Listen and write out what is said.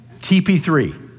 TP3